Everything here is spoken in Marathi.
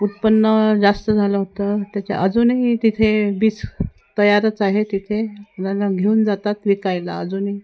उत्पन्न जास्त झालं होतं त्याच्या अजूनही तिथे बीज तयारच आहे तिथे घेऊन जातात विकायला अजूनही